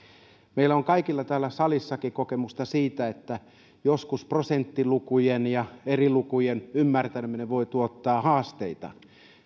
meillä on kaikilla täällä salissakin kokemusta siitä että joskus prosenttilukujen ja eri lukujen ymmärtäminen voi tuottaa haasteita